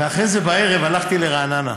ואחרי זה, בערב, הלכתי לרעננה,